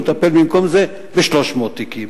הוא יטפל במקום זה ב-300 תיקים.